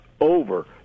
over